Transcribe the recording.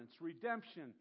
redemption